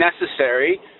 necessary